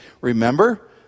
Remember